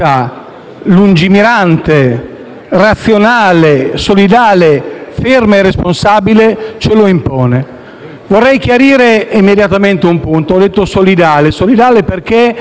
lungimirante, razionale, solidale, ferma e responsabile, ce lo impone. Vorrei chiarire immediatamente un punto. Ho detto solidale perché